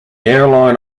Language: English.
airline